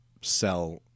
sell